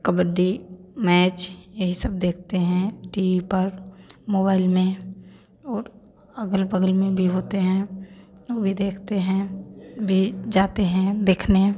kabaddi match यही सब देखते हैं टी वी पर मोबाइल में और अगल बगल में बी होते हैं ओ भी देखते हैं भी जाते हैं देखने